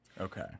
okay